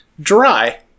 dry